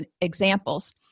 examples